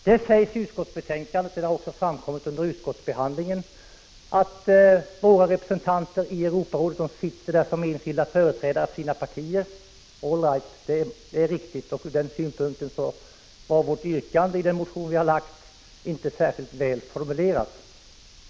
Det har framkommit under utskottsbehandlingen och det sägs också i betänkandet, att våra representanter i Europarådet sitter där som enskilda företrädare för sina partier. All right, ur den synpunkten var yrkandet i vår motion inte särskilt väl utformat.